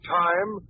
time